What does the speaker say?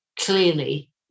clearly